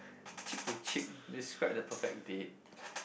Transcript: cheek to cheek describe the perfect date